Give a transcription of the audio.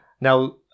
Now